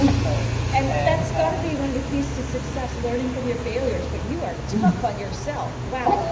um so and and that's got to be one of the keys to success, learning from your failures but you are tough on yourself. wow.